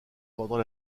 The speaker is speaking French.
pendant